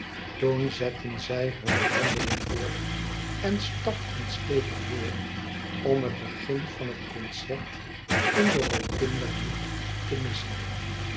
toen zetten zij hunne wandeling voort en stapten stevig door om het begin van het concert in de rotunda niet te missen